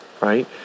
right